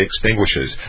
extinguishes